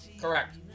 Correct